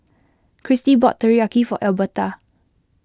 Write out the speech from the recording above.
Christy bought Teriyaki for Albertha